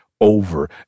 over